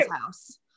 house